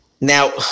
Now